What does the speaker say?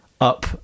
up